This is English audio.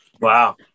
wow